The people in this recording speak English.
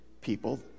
people